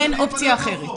אין אופציה אחרת.